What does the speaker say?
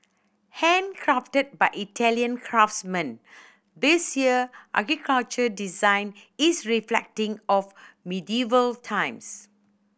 handcrafted by Italian craftsmen this year architecture design is reflecting of medieval times